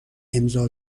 امضا